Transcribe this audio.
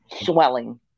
swelling